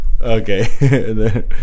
okay